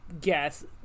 guess